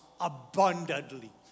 abundantly